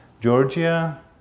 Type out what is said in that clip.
Georgia